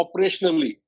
operationally